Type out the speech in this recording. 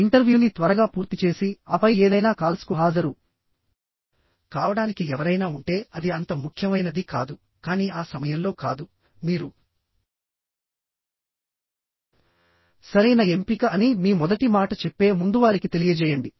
ఇంటర్వ్యూని త్వరగా పూర్తి చేసి ఆపై ఏదైనా కాల్స్కు హాజరు కావడానికి ఎవరైనా ఉంటే అది అంత ముఖ్యమైనది కాదు కానీ ఆ సమయంలో కాదు మీరు సరైన ఎంపిక అని మీ మొదటి మాట చెప్పే ముందు వారికి తెలియజేయండి